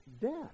death